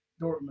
Dortmund